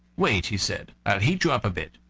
wait, he said i'll heat you up a bit,